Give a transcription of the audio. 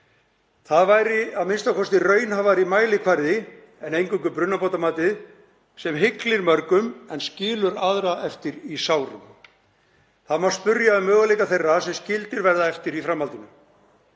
Það væri a.m.k. raunhæfari mælikvarði en eingöngu brunabótamatið sem hyglir mörgum en skilur aðra eftir í sárum. Það má spyrja um möguleika þeirra sem skildir verða eftir í framhaldinu.